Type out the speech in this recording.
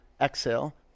exhale